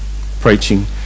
preaching